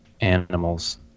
animals